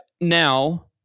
Now